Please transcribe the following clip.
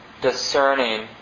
discerning